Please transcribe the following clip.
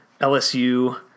LSU